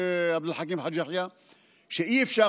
חבר